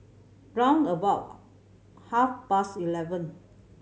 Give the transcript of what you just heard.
round about half past eleven